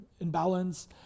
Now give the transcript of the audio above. imbalance